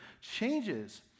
changes